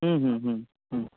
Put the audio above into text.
ह्म्म ह्म्म ह्म्म ह्म्म